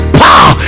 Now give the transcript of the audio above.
power